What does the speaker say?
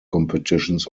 competitions